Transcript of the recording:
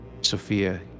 Sophia